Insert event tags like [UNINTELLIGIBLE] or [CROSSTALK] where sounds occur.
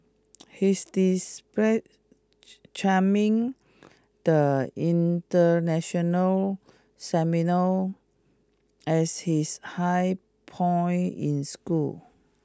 he's [UNINTELLIGIBLE] charming the international seminar as his high point in school